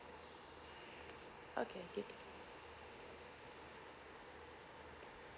okay give